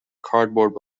cardboard